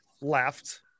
left